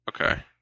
okay